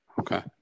Okay